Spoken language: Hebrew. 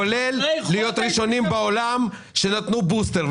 כולל להיות הראשונים בעולם שנתנו בוסטר.